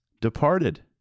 departed